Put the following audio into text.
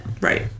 Right